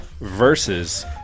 Versus